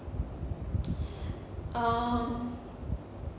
um